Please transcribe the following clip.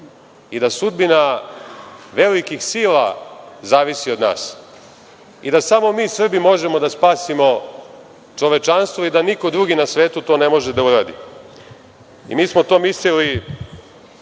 i da sudbina velikih sila zavisi od nas i da samo mi Srbi možemo da spasimo čovečanstvo i da niko drugi na svetu to ne može da uradi. Mi smo to mislili